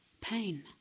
pain